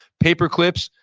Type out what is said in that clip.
paperclips,